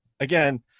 Again